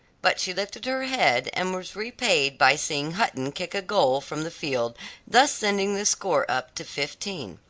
but she lifted her head, and was repaid by seeing hutton kick a goal from the field thus sending the score up to fifteen.